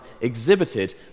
exhibited